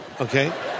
Okay